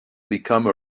become